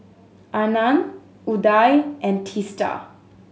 Anand Udai and Teesta